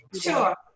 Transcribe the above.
Sure